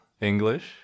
english